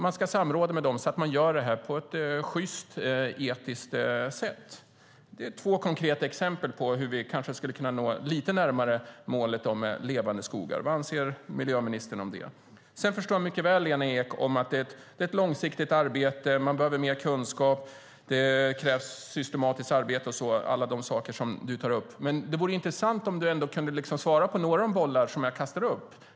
Man ska samråda med dem så att man gör det här på ett sjyst och etiskt sätt. Det är två konkreta exempel på hur vi kanske skulle kunna komma lite närmare målet om levande skogar. Vad anser miljöministern om det? Jag förstår mycket väl, Lena Ek, att det är ett långsiktigt arbete. Man behöver mer kunskap. Det krävs systematiskt arbete och alla de saker som du tar upp. Men det vore intressant om du ändå kunde svara när det gäller några av de bollar som jag kastar upp.